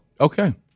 Okay